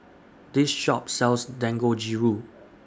This Shop sells Dangojiru